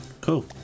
Cool